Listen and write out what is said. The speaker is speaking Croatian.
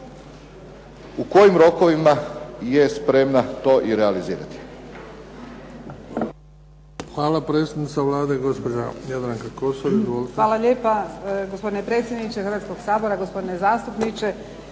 u kojim rokovima je spremna to i realizirati?